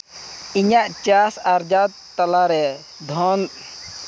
ᱤᱧᱟᱹᱜ ᱪᱟᱥ ᱟᱵᱟᱫ ᱛᱟᱞᱟᱨᱮ ᱫᱷᱚᱱ